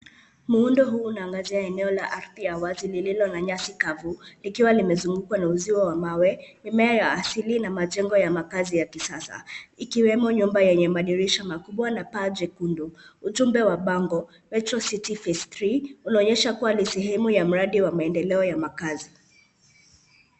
Mundo huu unagazia eneo la ardhi ya wazi lilo na nyasi kavu likiwa limezugukwa na uziwa wa mawe ,Mimea ya asili na majengo ya ya kisasa .ikiwemo nyumba yenye madirisha makubwa na paa jekundu .ujumbe wa bango, [hecho city phase 3]unaonyesha kuwa ni sehemu ya mradi wa makazi .